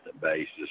basis